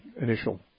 initial